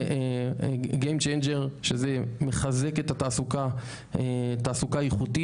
זה Game changer שזה מחזק את התעסוקה האיכותי.